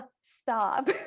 stop